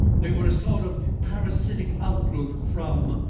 they were a sort of parasitic outgrowth from,